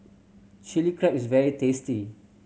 Chili Crab is very tasty